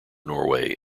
norway